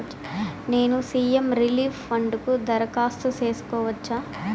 నేను CM relief fund కు దరఖాస్తు సేసుకోవచ్చా?